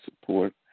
support